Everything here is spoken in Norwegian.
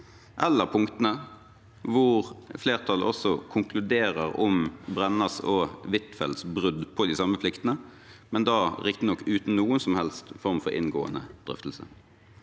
eller punktene hvor flertallet konkluderer om Tonje Brennas og Anniken Huitfeldts brudd på de samme pliktene, men da riktignok uten noen som helst form for inngående drøftelse.